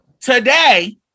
Today